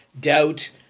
doubt